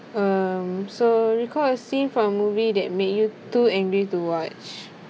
um so recall a scene from movie that made you too angry to watch